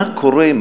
מה קורה?